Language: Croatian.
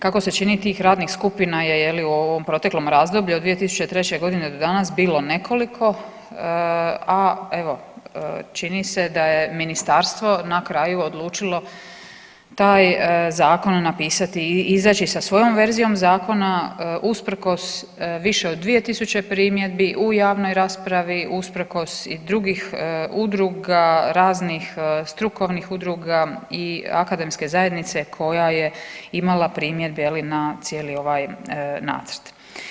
Kako se čini tih radnih skupina je je li u ovom proteklom razdoblju od 2003. godine do danas bilo nekoliko, a evo čini se da je ministarstvo na kraju odlučilo taj zakon napisati i izaći sa svojom verzijom zakona usprkos više od 2000 primjedbi u javnoj raspravi, usprkos i drugih udruga raznih strukovnih udruga i akademske zajednice koja je imala primjedbe je li na cijeli ovaj nacrt.